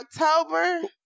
October